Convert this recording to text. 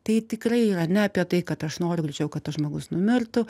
tai tikrai yra ne apie tai kad aš noriu greičiau kad tas žmogus numirtų